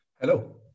Hello